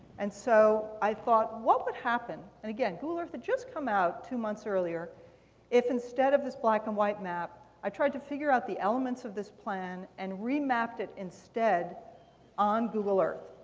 and so i thought, what would happen and again, google earth had just come out two months earlier if instead of this black and white map, i tried to figure out the elements of this plan and remapped it instead on google earth?